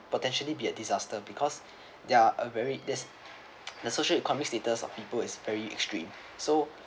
potentially be a disaster because there are uh very there's the socio-economic status of people is very extreme so